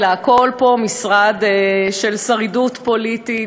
אלא הכול פה משרד של שרידות פוליטית,